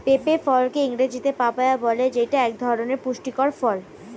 পেঁপে ফলকে ইংরেজিতে পাপায়া বলে যেইটা এক ধরনের পুষ্টিকর ফল